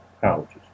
colleges